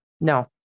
No